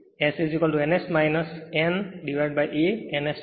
અને S n S na n S છે